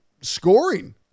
scoring